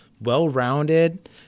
well-rounded